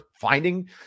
finding